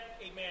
Amen